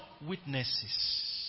Witnesses